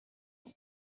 lune